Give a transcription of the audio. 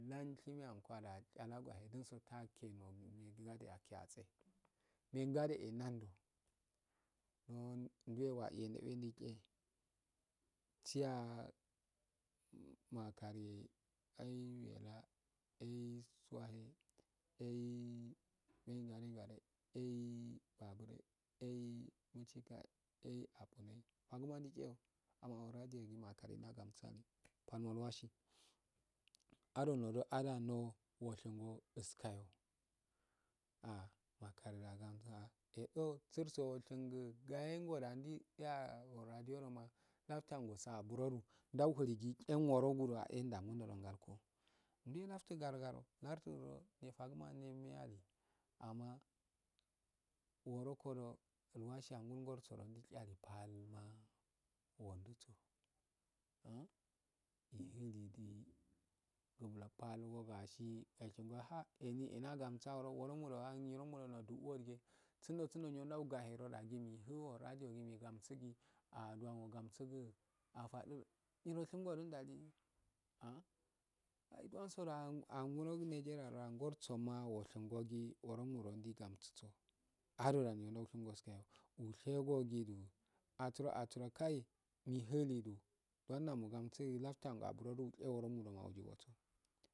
Lashimeyalcola aaya layoyahe dunsu yaketse men gade enando ndwe weiya da gi her tiya makanye ai wiyala eisu wahe ai ngarengare ai baburye ei michi kaye ei afuno noye faguma nda chewo makanindagamsuwa palnol watsi adu indudo adano noshingol shakayo ah makanye aga msuwa edosurso oshingu gayelgoda ndaichaa aradromo labtungoso aburodu nduhigichin wuro gudu endanguldo adongal koh ndwe laftu garo garo larduo nefag uma nemenyalu wurokodo iwasi ya agol gorsodu ndokhal palmaa wunduso ah pal go gasi gashingo ha enienda gamsuro ifa nyiro nyaro noduoodige sundosundo nyiro daugahedo da ehupo aradiyogi mi gamsugi ah dwan ogansugu afadu nyiro oshingodidahi ah ai dwansoda angunogu nurgeia do ngorsoma gwashi gogi wuro wuro ndai gansuso ado da nyiro daushingos kayo wushegogidu atsuro atsura icai mihi udu dwanda nugamsugu labtuwa ngu abro wuche wurongumodu chegoso.